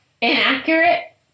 inaccurate